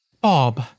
Bob